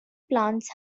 plants